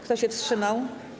Kto się wstrzymał?